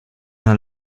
una